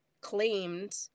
claimed